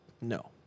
No